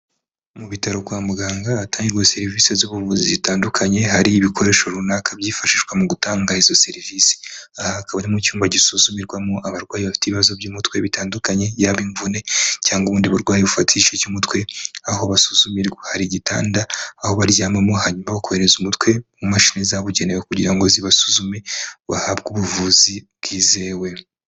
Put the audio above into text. Mu bitaro kwa muganga ahatangirwa serivisi z'ubuvuzi zitandukanye hari ibikoresho runaka byifashishwa mu gutanga izo serivisi, aha hakaba ari mu cyumba gisuzumirwamo abarwayi bafite ibibazo by'umutwe bitandukanye yaba imvune cyangwa ubundi burwayi bufata igice cy'umutwe, aho basuzumirwa hari igitanda aho baryamamo hanyuma bakohereza umutwe mu mashini zabugenewe kugira ngo zibasuzume bahabwe ubuvuzi bwizewe.